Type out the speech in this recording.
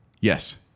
yes